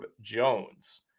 Jones